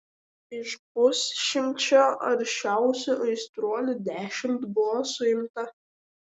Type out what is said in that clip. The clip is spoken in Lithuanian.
iš pusšimčio aršiausių aistruolių dešimt buvo suimta